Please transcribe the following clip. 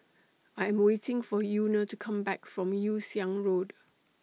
I Am waiting For Euna to Come Back from Yew Siang Road